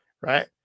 Right